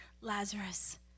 Lazarus